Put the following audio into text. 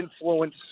influence